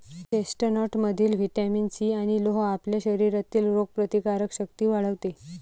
चेस्टनटमधील vitamin C आणि लोह आपल्या शरीरातील रोगप्रतिकारक शक्ती वाढवते